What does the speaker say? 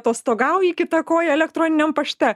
atostogauji kita koja elektroniniam pašte